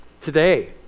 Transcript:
today